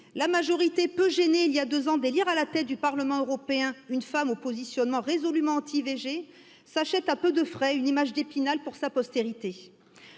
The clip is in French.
la majorité peut gêner il y a deux ans des lies à la tête du Parlement européen une femme au positionnement résolument anti V G s'achète à peu de frais Une image d'épinal pour sa postérité